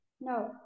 No